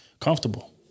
comfortable